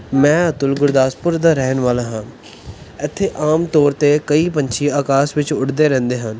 ਮੈਂ ਅਤੁਲ ਗੁਰਦਾਸਪੁਰ ਦਾ ਰਹਿਣ ਵਾਲਾ ਹਾਂ ਇੱਥੇ ਆਮ ਤੌਰ 'ਤੇ ਕਈ ਪੰਛੀ ਆਕਾਸ਼ ਵਿੱਚ ਉੱਡਦੇ ਰਹਿੰਦੇ ਹਨ